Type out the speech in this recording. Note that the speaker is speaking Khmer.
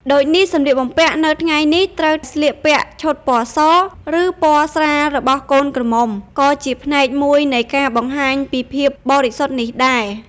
ដូចនេះសម្លៀកបំពាក់នៅថ្ងៃនេះត្រូវស្លៀកពាក់ឈុតពណ៌ស ឬពណ៌ស្រាលរបស់កូនក្រមុំក៏ជាផ្នែកមួយនៃការបង្ហាញពីភាពបរិសុទ្ធនេះដែរ ។